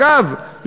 אגב,